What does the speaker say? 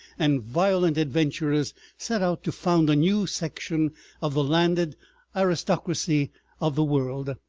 and violent adventurers set out to found a new section of the landed aristocracy of the world.